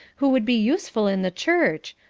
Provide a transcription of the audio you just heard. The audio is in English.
who would be useful in the church,